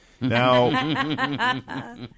Now